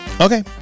Okay